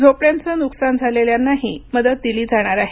झोपड्यांचं नुकसान झालेल्यांनाही मदत दिली जाणार आहे